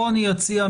פה אני אציע,